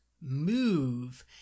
move